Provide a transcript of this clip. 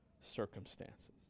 circumstances